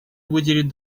выделить